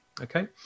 okay